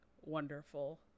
wonderful